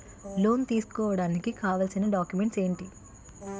Loan తీసుకోడానికి కావాల్సిన documents ఎంటి?